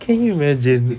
can you imagine